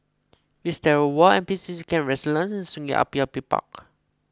Wisteria Mall N P C C Camp Resilience and Sungei Api Api Park